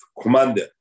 commander